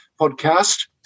podcast